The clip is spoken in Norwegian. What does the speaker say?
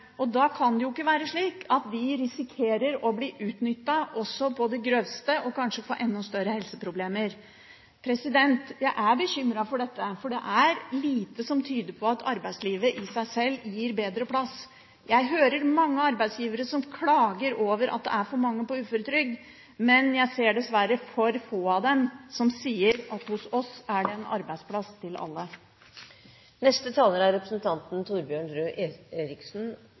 arbeidslivet. Da kan det ikke være slik at de risikerer å bli utnyttet på det grøvste og kanskje få enda større helseproblemer. Jeg er bekymret for dette, for det er lite som tyder på at arbeidslivet i seg sjøl gir bedre plass. Jeg hører mange arbeidsgivere som klager over at det er for mange på uføretrygd, men jeg ser dessverre for få av dem som sier at hos oss er det en arbeidsplass til alle. Neste taler er representanten Torbjørn Røe Eriksen